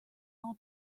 old